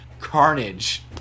Carnage